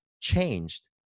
changed